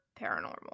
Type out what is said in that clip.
paranormal